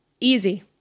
Easy